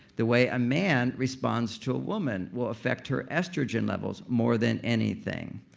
the way a man responds to a woman will affect her estrogen levels more than anything.